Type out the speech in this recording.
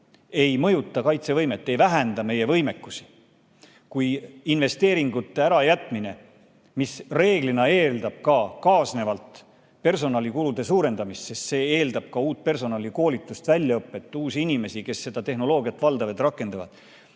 ei mõjuta kaitsevõimet, ei vähenda meie võimekusi? Investeeringute ärajätmine reeglina eeldab personalikulude suurendamist, sest see eeldab ka uut personali koolitust, väljaõpet, uusi inimesi, kes seda tehnoloogiat valdavad, rakendavad.